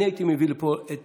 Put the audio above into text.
אבל אני הייתי מביא לפה את